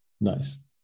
Nice